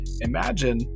Imagine